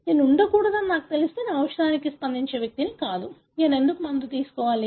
నేను ఉండకూడదని నాకు తెలిస్తే నేను ఔషధానికి స్పందించే వ్యక్తిని కాదు నేను ఎందుకు మందు తీసుకోవాలి